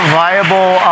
viable